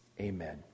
Amen